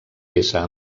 peça